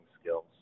skills